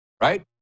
right